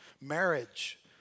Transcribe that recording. Marriage